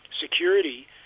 security